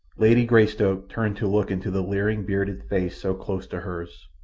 lady greystoke turned to look into the leering, bearded face so close to hers.